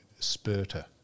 spurter